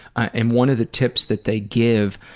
and one of the tips that they give